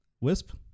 Wisp